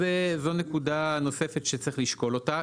זו נקודה נוספת שצריך לשקול אותה.